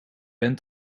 ben